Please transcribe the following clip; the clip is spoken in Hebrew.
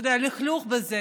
לכלוך וכו'.